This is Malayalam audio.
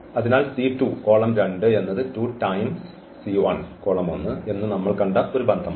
അതിനാൽ C2 കോളം 2 എന്നത് 2 ടൈംസ് C1 എന്ന് നമ്മൾ കണ്ട ഒരു ബന്ധമാണ്